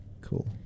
Cool